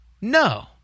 no